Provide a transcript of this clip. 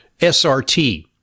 SRT